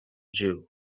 jew